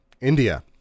India